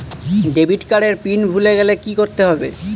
Debit card এর PIN ভুলে গেলে কি করতে হবে?